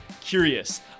curious